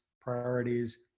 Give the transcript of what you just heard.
priorities